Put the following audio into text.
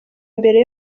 mbere